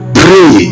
pray